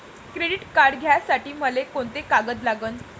Credit card घ्यासाठी मले कोंते कागद लागन?